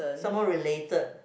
some more related